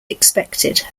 expected